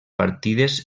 partides